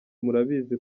murabizi